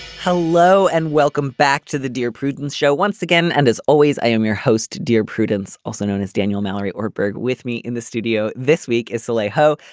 hello and welcome back to the dear prudence show once again. and as always i am your host dear prudence also known as daniel mallory or berg with me in the studio this week is the lay ho.